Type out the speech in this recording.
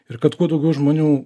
ir kad kuo daugiau žmonių